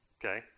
okay